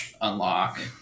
unlock